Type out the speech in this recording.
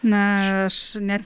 na aš net